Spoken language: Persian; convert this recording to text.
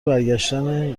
برگشتن